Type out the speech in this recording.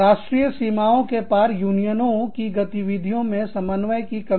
राष्ट्रीय सीमाओं के पार यूनियनों की गतिविधियों में समन्वय की कमी